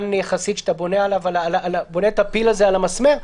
יחסית שאתה בונה את הפיל הזה על המסמר,